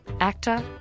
actor